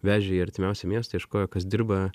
vežė į artimiausią miestą ieškojo kas dirba